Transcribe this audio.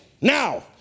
Now